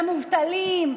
למובטלים,